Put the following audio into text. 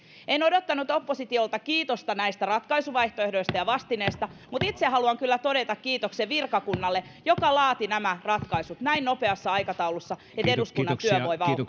en odottanut oppositiolta kiitosta näistä ratkaisuvaihtoehdoista ja vastineesta mutta itse haluan kyllä todeta kiitoksen virkakunnalle joka laati nämä ratkaisut näin nopeassa aikataulussa jotta eduskunnan työ